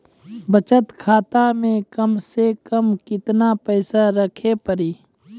बचत खाता मे कम से कम केतना पैसा रखे पड़ी?